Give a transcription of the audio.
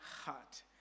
heart